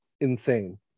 insane